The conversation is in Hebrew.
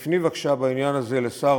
אם נחכה לזה,